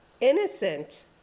Innocent